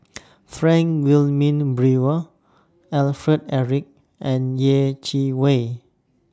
Frank Wilmin Brewer Alfred Eric and Yeh Chi Wei